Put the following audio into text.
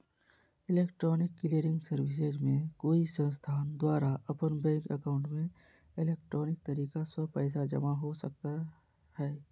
electronic clearing services में कोई संस्थान द्वारा अपन बैंक एकाउंट में इलेक्ट्रॉनिक तरीका स्व पैसा जमा हो सका हइ